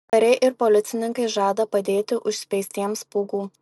kariai ir policininkai žada padėti užspeistiems pūgų